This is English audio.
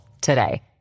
today